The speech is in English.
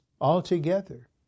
altogether